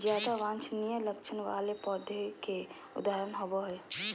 ज्यादा वांछनीय लक्षण वाले पौधों के उदाहरण होबो हइ